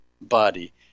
body